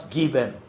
given